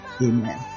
Amen